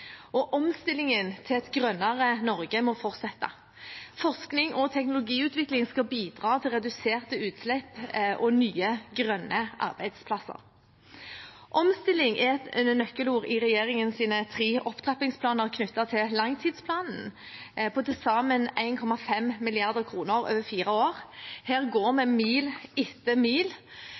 Omstillingen til et grønnere Norge må fortsette. Forskning og teknologiutvikling skal bidra til reduserte utslipp og nye grønne arbeidsplasser. Omstilling er et nøkkelord i regjeringens tre opptrappingsplaner knyttet til langtidsplanen, på til sammen 1,5 mrd. kr over fire år. Her går vi «Mil etter mil».